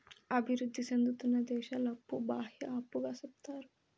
అభివృద్ధి సేందుతున్న దేశాల అప్పు బాహ్య అప్పుగా సెప్తారు